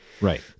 Right